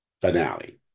finale